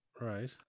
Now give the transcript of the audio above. Right